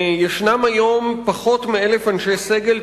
ישנם היום פחות מ-1,000 אנשי סגל.